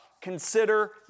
Consider